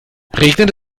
regnet